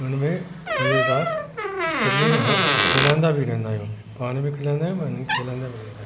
हुन में मज़ेदार सभिनी खे ह खेलंदा बि रहंदा आहियूं पाण बि खेलंदा आहियूं ऐं उन्हनि खे खेलंदा बि रहंदा आहियूं